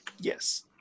Yes